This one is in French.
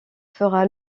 fera